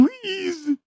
Please